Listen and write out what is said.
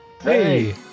Hey